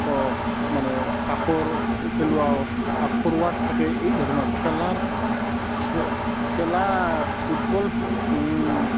স মানে কাষৰ খেলুৱা আৰু ফৰৱাৰ্ড থাকে এই ধৰণৰ খেলাৰ খে খেলা ফুটবল